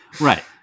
Right